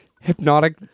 Hypnotic